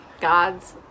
God's